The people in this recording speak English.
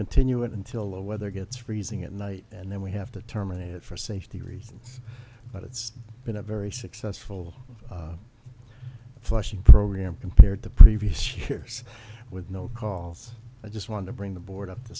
continue it until the weather gets freezing at night and then we have to terminate it for safety reasons but it's been a very successful flushing program compared to previous years with no calls i just want to bring the board up to